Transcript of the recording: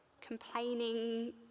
Complaining